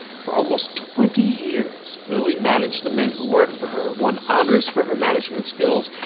for almost twenty years, lilly managed the men who worked for her, won honors for her management skills,